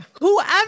whoever